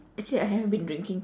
actually I have been drinking